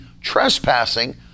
trespassing